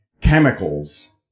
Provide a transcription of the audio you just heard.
Chemicals